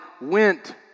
went